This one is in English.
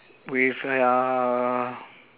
with a uh